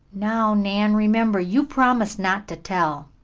now, nan, remember, you promised not to tell.